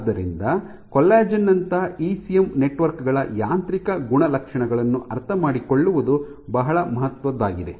ಆದ್ದರಿಂದ ಕೊಲ್ಲಜೆನ್ ನಂತಹ ECM network ಗಳ ಯಾಂತ್ರಿಕ ಗುಣಲಕ್ಷಣಗಳನ್ನು ಅರ್ಥಮಾಡಿಕೊಳ್ಳುವುದು ಬಹಳ ಮಹತ್ವದ್ದಾಗಿದೆ